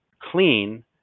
clean